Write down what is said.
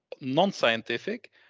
non-scientific